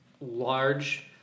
large